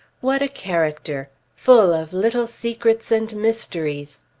what a character! full of little secrets and mysteries.